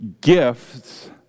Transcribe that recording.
gifts